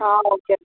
okay